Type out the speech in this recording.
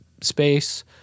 space